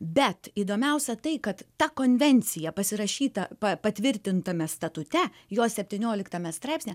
bet įdomiausia tai kad ta konvencija pasirašyta pa patvirtintame statute jos septynioliktame straipsnyje